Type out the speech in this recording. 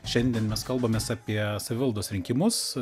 šiandien mes kalbamės apie savivaldos rinkimus